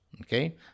Okay